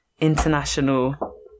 international